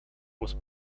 was